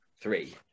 Three